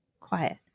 quiet